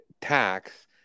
tax